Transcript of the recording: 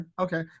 okay